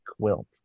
quilt